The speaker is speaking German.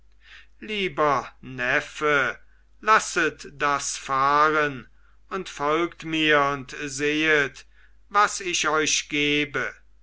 lieber neffe lasset das fahren und folgt mir und sehet was ich euch gebe